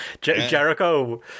Jericho